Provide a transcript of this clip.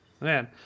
man